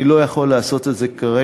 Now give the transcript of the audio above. אני לא יכול לעשות את זה כרגע.